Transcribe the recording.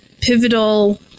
pivotal